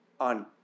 on